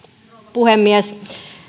puhemies